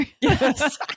Yes